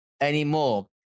anymore